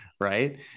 right